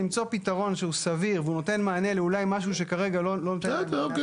למצוא פתרון שהוא סביר והוא נותן מענה לאולי משהו שכרגע לא --- בסדר.